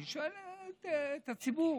אני שואל את הציבור,